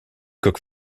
cook